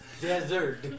Desert